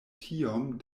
tiom